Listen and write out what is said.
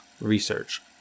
research